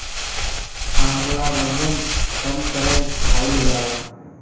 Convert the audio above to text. आंवला वजन कम करे में खाईल जाला